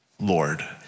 Lord